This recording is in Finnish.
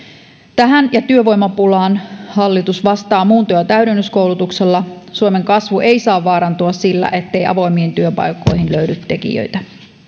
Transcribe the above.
tähän ja työvoimapulaan hallitus vastaa muunto ja täydennyskoulutuksella suomen kasvu ei saa vaarantua sillä ettei avoimiin työpaikkoihin löydy tekijöitä